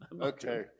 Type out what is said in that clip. Okay